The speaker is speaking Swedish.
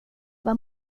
vad